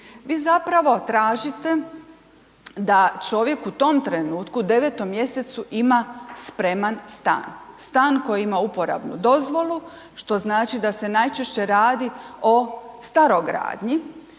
Vi zapravo tražite da čovjek u tom trenutku u 9. mj. ima spreman stan. Stan koji ima uporabnu dozvolu, što znači da se najčešće radi o starogradnji,